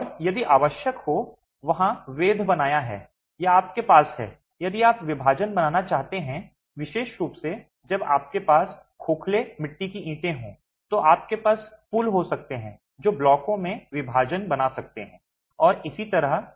और यदि आवश्यक हो वहाँ वेध बनाया है या आपके पास है यदि आप विभाजन बनाना चाहते हैं विशेष रूप से जब आपके पास खोखले मिट्टी की ईंटें हों तो आपके पास पुल हो सकते हैं जो ब्लॉकों में विभाजन बना सकते हैं और इसी तरह